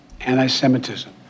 anti-Semitism